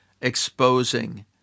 exposing